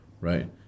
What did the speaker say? Right